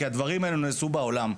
כי הדברים האלה נעשו בעולם.